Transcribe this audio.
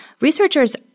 researchers